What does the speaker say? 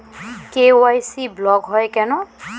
KYC block হয় কেনে?